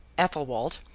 athelwold,